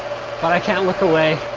but i can't look away.